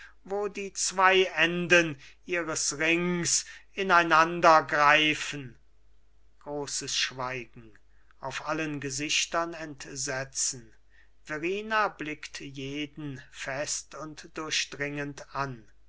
wo die zwei enden ihres rings ineinandergreifen großes schweigen auf allen gesichtern entsetzen verrina blickt jeden fest und durchdringend an